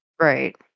right